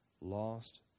lost